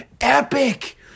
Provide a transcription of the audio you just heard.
epic